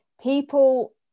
People